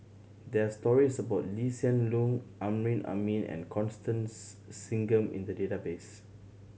there are stories about Lee Hsien Loong Amrin Amin and Constance Singam in the database